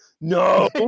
No